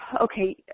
okay